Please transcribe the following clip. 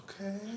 Okay